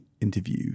interview